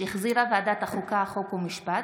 שהחזירה ועדת החוקה, חוק ומשפט,